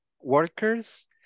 workers